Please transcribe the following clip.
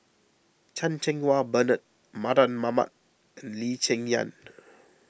Chan Cheng Wah Bernard Mardan Mamat and Lee Cheng Yan